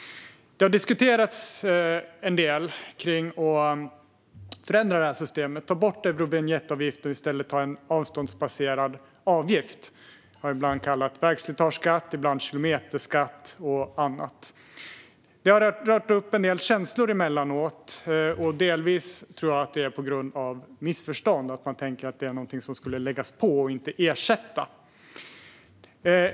Det har diskuterats en del kring att förändra systemet genom att ta bort Eurovinjettavgiften och i stället ha en avståndsbaserad avgift. Det har ibland kallats vägslitageskatt och ibland kilometerskatt och annat. Det har rört upp en del känslor emellanåt, och delvis tror jag att det är på grund av missförstånd - man tänker att det är någonting som skulle läggas på, inte ersätta.